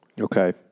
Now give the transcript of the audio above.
Okay